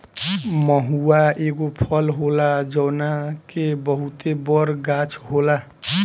महुवा एगो फल होला जवना के बहुते बड़ गाछ होला